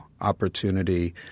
opportunity